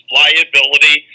liability